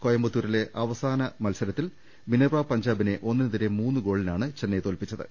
കോയമ്പത്തൂ രിലെ അവസാന വട്ട മത്സരത്തിൽ മിനർവ പഞ്ചാബിനെ ഒന്നിനെ തിരെ മൂന്ന് ഗോളിനാണ് ചെന്നൈ തോൽപിച്ചത്